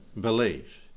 Believe